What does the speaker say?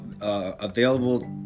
available